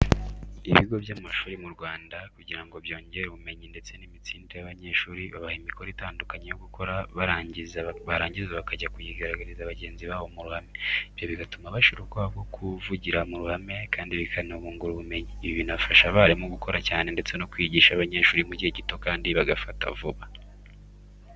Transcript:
Ibigo by'amashuri byinshi byo mu Rwanda kugira ngo byongere ubumenyi ndetse n'imitsindire y'abanyeshuri, babaha imikoro itandukanye yo gukora, barangiza bakajya kuyigaragariza bagenzi babo mu ruhame, ibyo bigatuma bashira ubwoba bwo kuvugira mu ruhame kandi bikanabungura ubumenyi. Ibi binafasha abarimu gukora cyane ndetse no kwigisha abanyeshuri mu gihe gito kandi bagafata vuba.